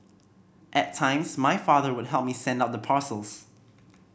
at times my father would help me send out the parcels